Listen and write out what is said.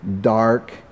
dark